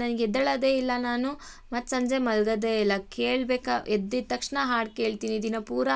ನನಗೆ ಎದ್ದೇಳೋದೆ ಇಲ್ಲ ನಾನು ಮತ್ತು ಸಂಜೆ ಮಲ್ಗೋದೆ ಇಲ್ಲ ಕೇಳಬೇಕ ಎದ್ದಿದ್ದ ತಕ್ಷಣ ಹಾಡು ಕೇಳ್ತೀನಿ ದಿನ ಪೂರ